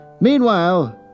Meanwhile